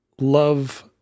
love